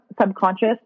subconscious